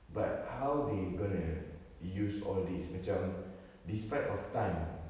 but how they going to use all these macam despite of time